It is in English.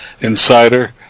Insider